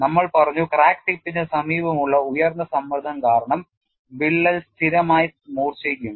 നമ്മൾ പറഞ്ഞു ക്രാക്ക് ടിപ്പിന് സമീപമുള്ള ഉയർന്ന സമ്മർദ്ദം കാരണം വിള്ളൽ സ്ഥിരമായി മൂർച്ഛിക്കും